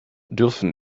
dürfen